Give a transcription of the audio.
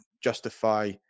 justify